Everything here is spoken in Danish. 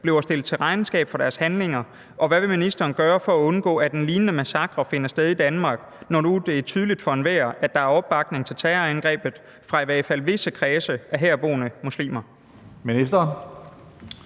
bliver stillet til regnskab for deres handlinger, og hvad vil ministeren gøre for at undgå, at en lignende massakre finder sted i Danmark, når det nu er tydeligt for enhver, at der er opbakning til terrorangrebet fra i hvert fald visse kredse af herboende muslimer?